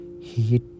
heat